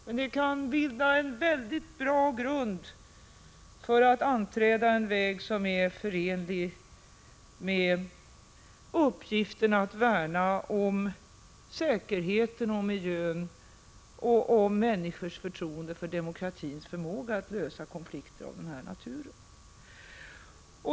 Men det kan bli en mycket bra grund när det gäller att anträda en väg som är förenlig med uppgiften att värna om säkerheten och miljön och om människors förtroende för demokratins förmåga att lösa konflikter av den här naturen.